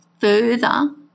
further